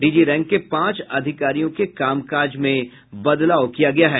DG rank के पांच अधिकारियों के काम काज में बदलाव किया गया है